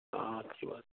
ہاں اچھی بات